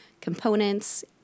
components